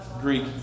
Greek